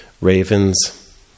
Ravens